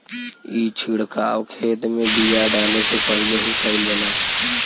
ई छिड़काव खेत में बिया डाले से पहिले ही कईल जाला